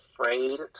afraid